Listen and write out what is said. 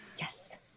Yes